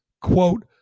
quote